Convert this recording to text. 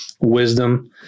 wisdom